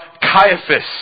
Caiaphas